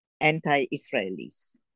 anti-Israelis